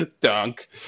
dunk